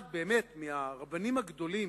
באמת אחד מהרבנים הגדולים,